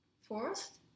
Fourth